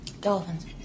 Dolphins